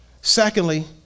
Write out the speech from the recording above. Secondly